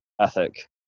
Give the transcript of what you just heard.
ethic